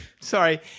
sorry